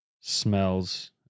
smells